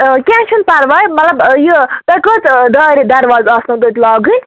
کیٚنٛہہ چھُنہٕ پرواے مطلب یہِ تۄہہِ کٔژ دارِ درواز آسنَو تتہِ لاگٕنۍ